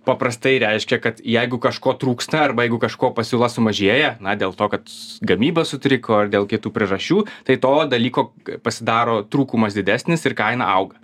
paprastai reiškia kad jeigu kažko trūksta arba jeigu kažko pasiūla sumažėja na dėl to kad gamyba sutriko ar dėl kitų priežasčių tai to dalyko pasidaro trūkumas didesnis ir kaina auga